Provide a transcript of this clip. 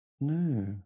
No